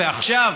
ועכשיו